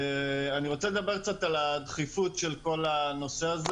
אני רוצה לדבר קצת על הדחיפות של כל הנושא הזה.